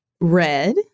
Red